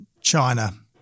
China